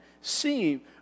see